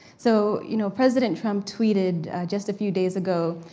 so, you know, president trump tweeted just a few days ago,